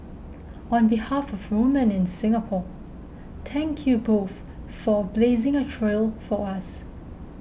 on behalf of women in Singapore thank you both for blazing a trail for us